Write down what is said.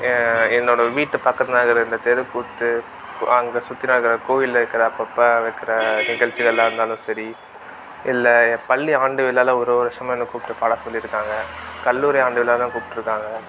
என்னோடய வீட்டு பக்கத்தில் நடக்கிற இந்த தெருக்கூத்து அங்கே சுற்றி நடக்கிற கோவிலில் இருக்கிற அப்பப்போ நடக்கிற அந்த நிகழ்ச்சிகளா இருந்தாலும் சரி இல்லை என் பள்ளி ஆண்டு விழால ஒரு வருஷமாக என்ன கூப்பிட்டு பாட சொல்லியிருக்காங்க கல்லூரி ஆண்டு விழாலாம் கூப்பிட்டுருக்காங்க